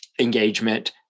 engagement